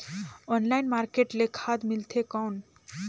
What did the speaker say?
Online market ले खाद मिलथे कौन?